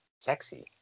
sexy